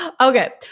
Okay